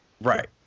right